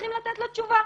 צריכים לתת לו תשובה.